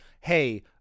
hey